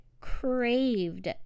craved